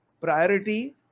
priority